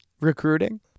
recruiting